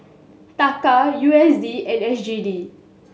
Taka U S D and S G D